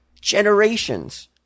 generations